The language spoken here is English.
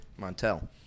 Montel